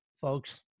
Folks